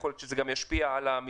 ויכול להיות שזה גם ישפיע על המתווה.